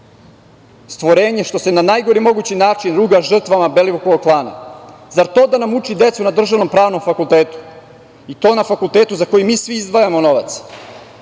stvorenje što se na najgori mogući način ruga žrtvama Belivukovog klana? Zar to da nam uči decu na državnom Pravnom fakultetu i to na fakultetu za koji mi svi izdvajamo novac?